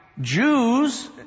Jews